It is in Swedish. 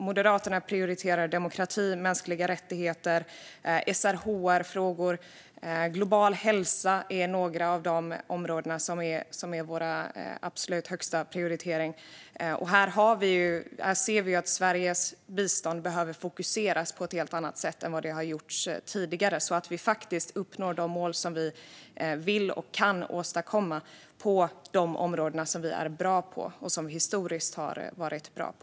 Moderaterna prioriterar demokrati, mänskliga rättigheter, SRHR-frågor och global hälsa. Det är några av de områden som är absolut högst prioriterade av oss. Här ser vi att Sveriges bistånd behöver fokuseras på ett helt annat sätt än tidigare, så att vi faktiskt uppnår de mål som vi vill och kan åstadkomma på de områden som vi är bra på och som vi historiskt har varit bra på.